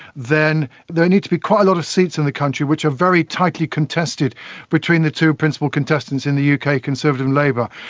then there needs to be quite a lot of seats in the country which are very tightly contested between the two principal contestants in the uk, ah conservative and labour.